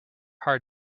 hard